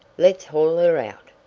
let's haul her out.